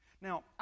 Now